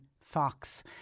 fox